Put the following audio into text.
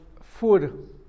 food